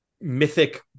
mythic